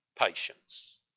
patience